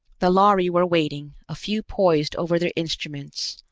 the lhari were waiting, a few poised over their instruments,